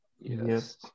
Yes